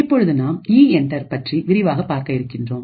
இப்பொழுது நாம் இஎன்டர் பற்றி விரிவாகப் பார்க்க இருக்கின்றோம்